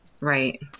Right